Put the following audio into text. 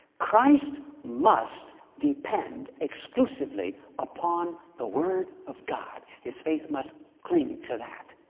christ must depend exclusively upon the word of god. his faith must cling to that,